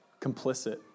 complicit